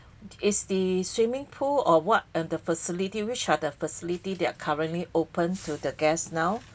is the swimming pool or what are the facility which are the facility that are currently open to the guests now